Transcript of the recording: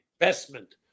investment